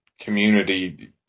community